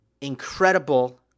incredible